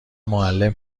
معلم